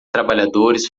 trabalhadores